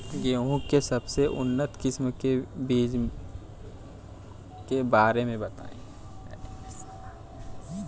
गेहूँ के सबसे उन्नत किस्म के बिज के बारे में बताई?